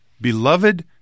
Beloved